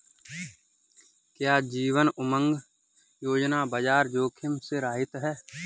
क्या जीवन उमंग योजना बाजार जोखिम से रहित है?